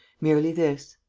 merely this.